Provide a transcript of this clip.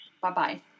Bye-bye